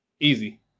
Easy